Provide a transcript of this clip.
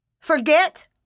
Forget